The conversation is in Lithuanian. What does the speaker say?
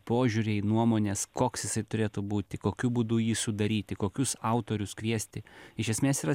požiūriai nuomonės koks jisai turėtų būti kokiu būdu jį sudaryti kokius autorius kviesti iš esmės yra